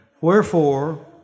Wherefore